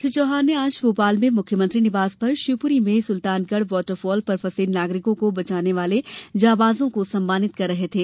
श्री चौहान ने आज भोपाल में मुख्यमंत्री निवास पर शिवपुरी में सुल्तानगढ़ वाटरफॉल पर फंसे नागरिकों को बचाने वाले जबांजों को सम्मानित कर रहे थे